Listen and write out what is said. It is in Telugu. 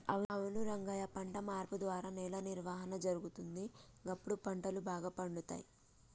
అవును రంగయ్య పంట మార్పు ద్వారా నేల నిర్వహణ జరుగుతుంది, గప్పుడు పంటలు బాగా పండుతాయి